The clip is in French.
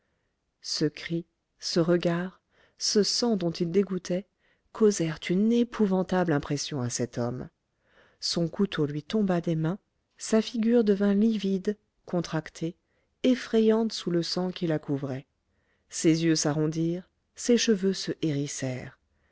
ce cri ce regard ce sang dont il dégouttait causèrent une épouvantable impression à cet homme son couteau lui tomba des mains sa figure devint livide contractée effrayante sous le sang qui la couvrait ses yeux s'arrondirent ses cheveux se hérissèrent